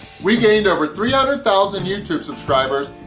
we gained over three hundred thousand youtube subscribers,